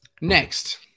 next